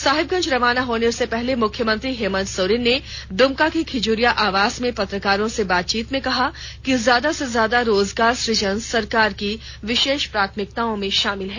साहिबगंज रवाना होने से पहले मुख्यमंत्री हेमंत सोरेन ने दुमका के खिजुरिया आवास में पत्रकारों से बातचीत में कहा कि ज्यादा से ज्यादा रोजगार सुजन सरकार की विशेष प्राथमिकताओं में शामिल है